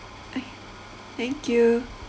okay thank you